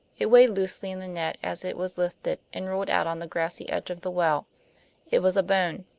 it weighed loosely in the net as it was lifted, and rolled out on the grassy edge of the well it was a bone.